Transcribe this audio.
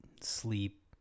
sleep